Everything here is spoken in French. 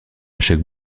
chaque